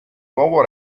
nuovo